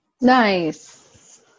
Nice